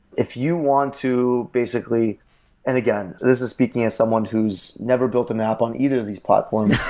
if you want to basically and again, this is speaking as someone who's never built an app on either of these platforms.